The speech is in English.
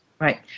Right